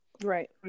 Right